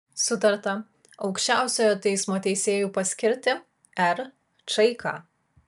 sutarta aukščiausiojo teismo teisėju paskirti r čaiką